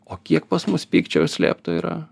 o kiek pas mus pykčio užslėpto yra